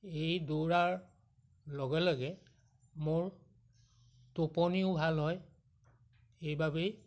এই দৌৰাৰ লগে লগে মোৰ টোপনিও ভাল হয় এইবাবেই